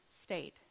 state